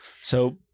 So-